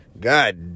God